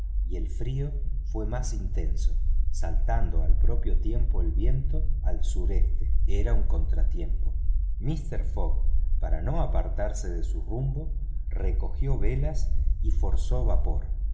y el frío fue más intenso saltando al propio tiempo el viento al sureste era un contratiempo mister fogg para no apartarse de su rumbo recogió velas y forzó vapor